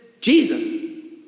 Jesus